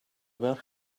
about